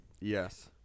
Yes